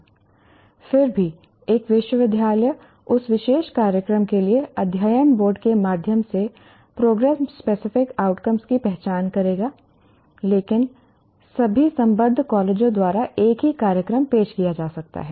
फिर भी एक विश्वविद्यालय उस विशेष कार्यक्रम के लिए अध्ययन बोर्ड के माध्यम से प्रोग्राम स्पेसिफिक आउटकम्स की पहचान करेगा लेकिन सभी संबद्ध कॉलेजों द्वारा एक ही कार्यक्रम पेश किया जा सकता है